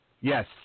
Yes